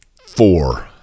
four